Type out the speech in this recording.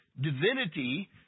divinity